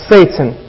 Satan